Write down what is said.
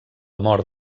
mort